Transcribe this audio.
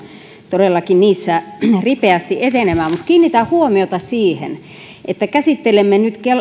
todellakin niissä ripeästi etenemään mutta kiinnitän huomiota siihen että käsittelemme nyt